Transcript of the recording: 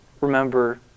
remember